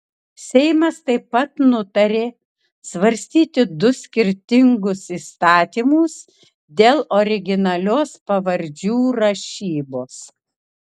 seimas taip pat nutarė svarstyti du skirtingus įstatymus dėl originalios pavardžių rašybos